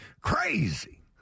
crazy